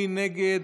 מי נגד?